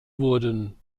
wurden